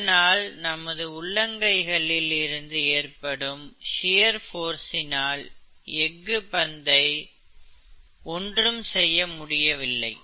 இதனால் நமது உள்ளங்கைகளில் இருந்து ஏற்படும் ஷியர் போர்ஸ்சினால் எஃகு பந்தை ஒன்றும் செய்ய முடியவில்லை